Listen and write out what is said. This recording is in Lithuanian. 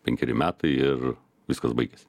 penkeri metai ir viskas baigiasi